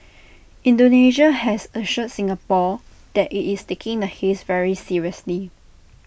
Indonesia has assured Singapore that IT is taking the haze very seriously